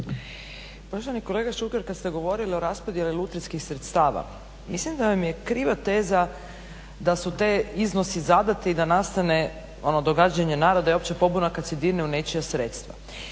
Poštovani kolega Šuker kad ste govorili o raspodjeli lutrijskih sredstava, mislim da vam je kriva teza da su te, iznosi zadati i da nastane ono događanje naroda i opća pobuna kad se dirne u nečija sredstva.